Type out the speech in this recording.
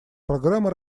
программы